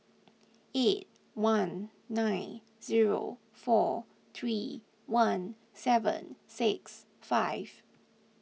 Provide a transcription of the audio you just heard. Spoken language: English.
eight one nine zero four three one seven six five